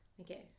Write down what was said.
Okay